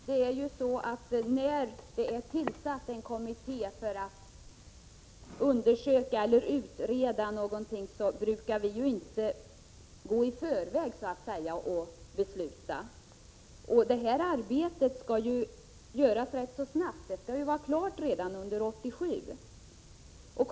Herr talman! När det tillsatts en kommitté för att undersöka eller utreda någonting brukar vi inte så att säga gå i förväg och besluta. Det här arbetet skall dock göras rätt snabbt eftersom det skall vara klart redan under 1987.